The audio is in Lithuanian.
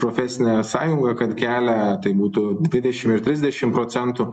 profesinė sąjunga kad kelia tai būtų dvidešimt ir trisdešimt procentų